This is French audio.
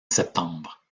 septembre